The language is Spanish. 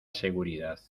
seguridad